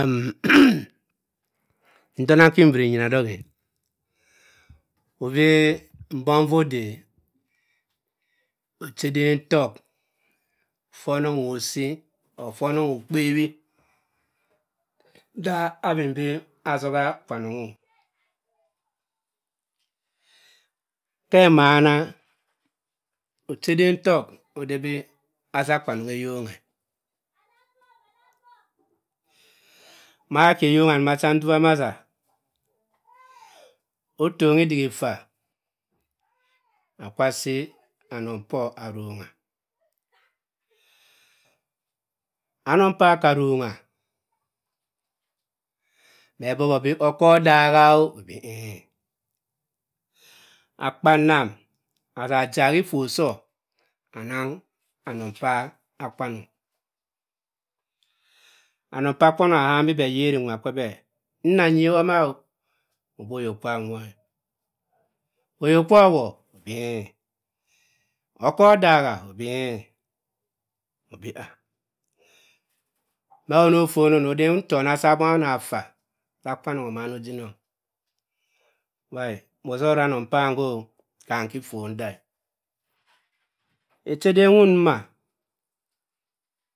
Ekhena nki bṅ yina dohy obi mbong fodh ocheden top kwonogh or kwonogh osi or kwonogh na ochedem top o-dh bh aza kwanongh e-yongha mh aki e-yongha ka nduwa aza otoni-idikhi faa a kwa si anong phor arongha aanong phor akaa rongha bhe boho bee okho d-aha obi ey akpanam aza jahi fo sh anang annong phor akwanong, anong phar kwanong ahami bh reyi nwa khabh nnah anyi woo ma o-obo oyokwamwo obi ei okor daha obi ei obi ah, maa onoh phona onode ntona maa dh faa ha kwanong omana ojinong mbhahe mozu ranong pham ho kam ki foo nda